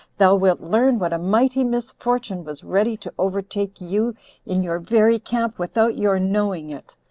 thou wilt learn what a mighty misfortune was ready to overtake you in your very camp without your knowing it.